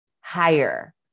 higher